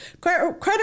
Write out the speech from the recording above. Credit